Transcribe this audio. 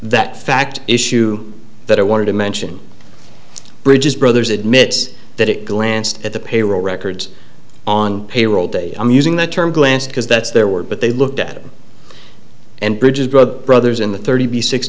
that fact issue that i wanted to mention bridge's brothers admits that it glanced at the payroll records on payroll day i'm using the term glance because that's their word but they looked at him and bridges brought brothers in the thirty six